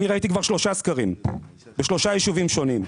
אני ראיתי כבר שלושה סקרים בשלושה יישובים שונים.